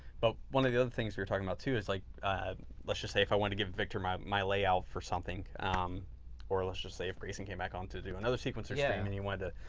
but one of the other things you're talking about too is like let's just say if i wanted to give victor my my layout for something or let's just say if grayson came back on to do another sequencer yeah then and and you wanted to